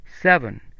Seven